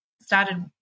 started